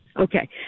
Okay